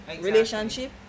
relationship